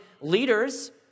leaders